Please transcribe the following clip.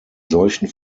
solchen